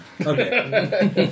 Okay